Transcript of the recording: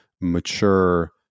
mature